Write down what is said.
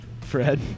Fred